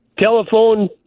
telephone